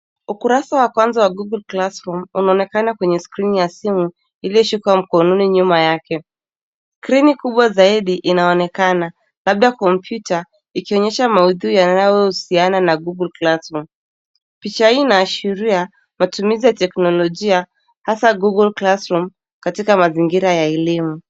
Ukurasa wa kwanza wa Google Classroom , unaoonekana kwenye skrini ya simu iliyoshikwa mkononi. Nyuma yake, skrini kubwa zaidi inaonekana, labda kompyuta ikionyesha maudhui yanayohusiana na Google Classroom . Picha hii inaashiria matumizi ya teknolojia, hasa Google Classroom , katika mazingira ya elimu.